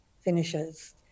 finishes